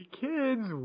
kids